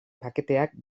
paketeak